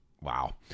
Wow